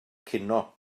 cinio